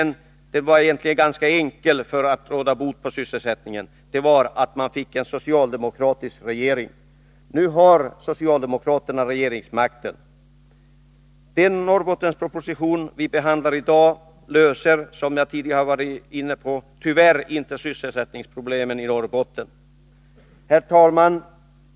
Det som då sades kunna råda bot på sysselsättningsproblemen var ganska enkelt: att landet fick en socialdemokratisk regering. Nu har socialdemokraterna regeringsmakten. Men den Norrbottensproposition vi behandlar i dag löser som sagt tyvärr inte sysselsättningsproblemen i Norrbotten. Herr talman!